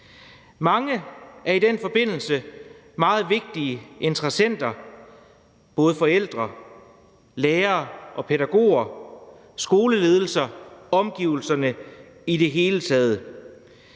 Mange er i den forbindelse meget vigtige interessenter, både forældre, lærere og pædagoger, skoleledelser, omgivelserne i det hele taget.